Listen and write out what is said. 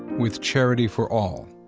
with charity for all,